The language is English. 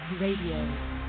Radio